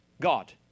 God